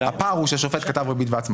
הפער הוא ששופט כתב ריבית והצמדה.